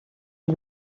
you